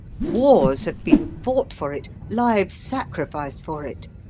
wars have been fought for it, lives sacrificed for it.